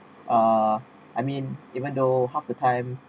uh I mean even though half the time